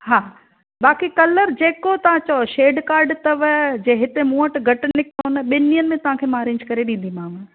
हा बाक़ी कलर जेको तव्हां चयो शेड कार्ड अथव जे हिते मूं वटि घटि निकितो न त ॿिनि ॾींहंनि में तव्हां खे मां अर्रेंज करे ॾींदीमांव